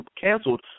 canceled